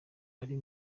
ari